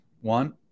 one